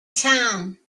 town